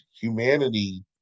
humanity